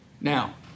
Now